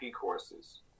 courses